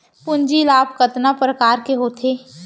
पूंजी लाभ कतना प्रकार के होथे?